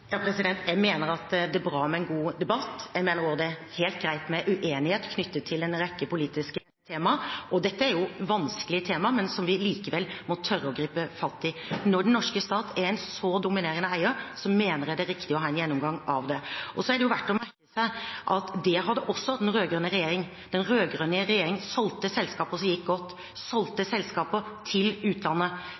debatt. Jeg mener også det er helt greit med uenighet knyttet til en rekke politiske temaer. Dette er vanskelige temaer, men som vi likevel må tørre å gripe fatt i. Når den norske stat er en så dominerende eier, mener jeg det er riktig å ha en gjennomgang av det. Det er verdt å merke seg at det hadde også den rød-grønne regjeringen. Den rød-grønne regjeringen solgte selskaper som gikk godt, til utlandet.